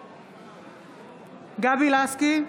בעד גבי לסקי,